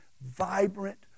vibrant